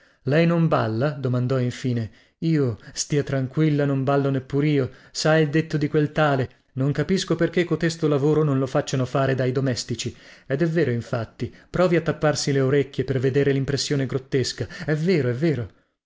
lei non balla domandò infine io stia tranquilla non ballo neppur io sa il detto di quel tale non capisco perchè cotesto lavoro non lo facciano fare dai domestici ed è vero infatti provi a tapparsi le orecchie per vedere limpressione grottesca è vero è vero